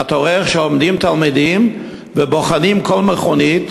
אתה רואה איך עומדים תלמידים ובוחנים כל מכונית,